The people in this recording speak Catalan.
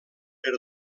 per